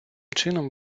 чином